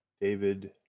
David